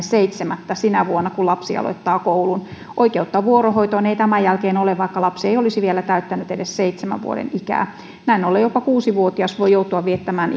seitsemättä sinä vuonna kun lapsi aloittaa koulun oikeutta vuorohoitoon ei tämän jälkeen ole vaikka lapsi ei olisi vielä täyttänyt edes seitsemän vuoden ikää näin ollen jopa kuusivuotias voi joutua viettämään